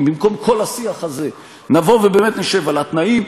אם במקום כל השיח הזה נבוא ובאמת נשב על התנאים,